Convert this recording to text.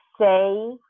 say